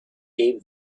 gave